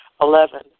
Eleven